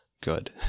good